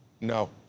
No